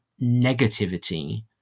negativity